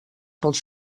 pels